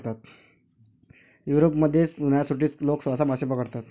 युरोपमध्ये, उन्हाळ्याच्या सुट्टीत लोक सहसा मासे पकडतात